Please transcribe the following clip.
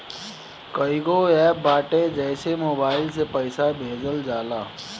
कईगो एप्प बाटे जेसे मोबाईल से पईसा भेजल जाला